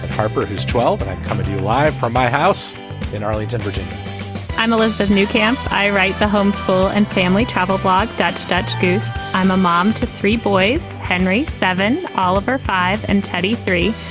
harper, who's twelve, are coming to you live from my house in arlington, virginia i'm elizabeth new camp. i write the homeschool and family travel blog. dutch dutch gousse. i'm a mom to three boys, henry seven, oliver five and teddy, three.